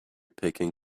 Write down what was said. picking